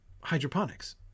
hydroponics